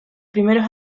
primeros